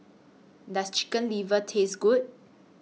Does Chicken Liver Taste Good